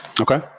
Okay